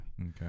Okay